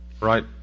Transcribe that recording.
right